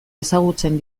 ezagutzen